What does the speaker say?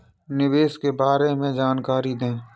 निवेश के बारे में जानकारी दें?